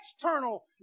external